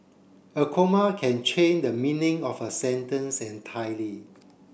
a comma can change the meaning of a sentence entirely